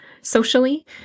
socially